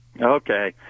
Okay